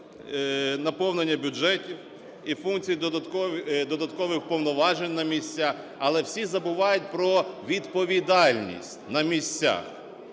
наповнення бюджетів, і функції додаткових повноважень на місця. Але всі забувають про відповідальність на місцях.